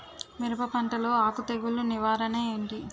మిరప పంటలో ఆకు తెగులు నివారణ ఏంటి?